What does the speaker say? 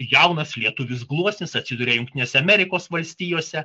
jaunas lietuvis gluosnis atsiduria jungtinėse amerikos valstijose